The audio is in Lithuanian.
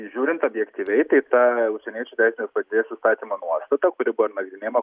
žiūrint objektyviai tai ta užsieniečių teisinės padėties įstatymo nuostata kuri buvo ir nagrinėjama